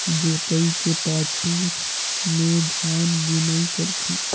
जोतई के पाछू में धान बुनई करथे